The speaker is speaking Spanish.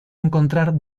encontrar